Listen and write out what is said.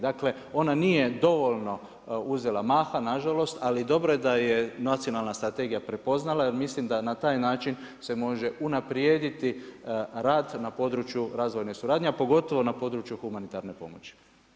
Dakle, ona nije dovoljno uzela maha, nažalost, ali dobro je da je nacionalna strategija prepoznala, jer mislim da na taj način se može unaprijediti rad na području razvojne suradnje a pogotovo na području humanitarne pomoći.